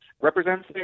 represents